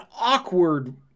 awkward